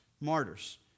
martyrs